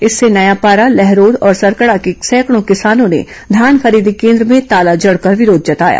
इससे नयापारा लहरोद और सरकड़ा के सैकड़ों किसानों ने धान खरीदी केन्द्र में ताला जड़कर विरोध जताया